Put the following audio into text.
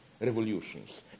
revolutions